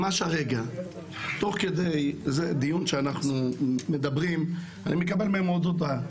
ממש הרגע תוך כדי דיון שאנחנו מדברים אני מקבל מהם עוד הודעה.